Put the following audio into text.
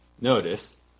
notice